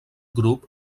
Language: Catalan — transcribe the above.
grup